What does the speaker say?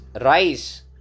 rice